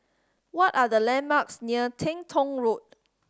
what are the landmarks near Teng Tong Road